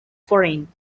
foreign